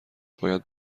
باید